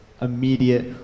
immediate